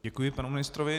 Děkuji panu ministrovi.